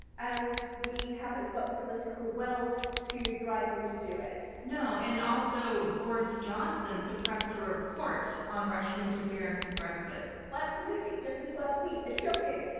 and we haven't got the political will to drive them to do it. no, and also boris johnson suppressed a report on russian interference in brexit. absolutely. just this last week is shocking.